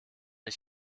ich